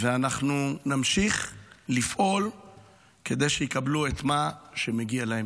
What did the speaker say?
ואנחנו נמשיך לפעול כדי שיקבלו את מה שמגיע להם.